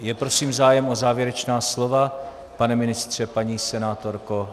Je prosím zájem o závěrečná slova pane ministře, paní senátorko?